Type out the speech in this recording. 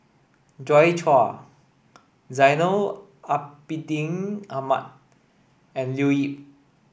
Joi Chua Zainal Abidin Ahmad and Leo Yip